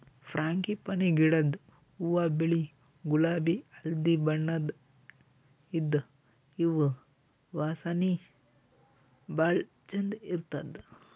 frangipani ಗಿಡದ್ ಹೂವಾ ಬಿಳಿ ಗುಲಾಬಿ ಹಳ್ದಿ ಬಣ್ಣದ್ ಇದ್ದ್ ಇವ್ ವಾಸನಿ ಭಾಳ್ ಛಂದ್ ಇರ್ತದ್